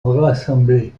rassemblés